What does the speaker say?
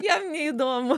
jam neįdomu